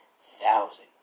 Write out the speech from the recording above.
thousand